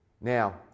Now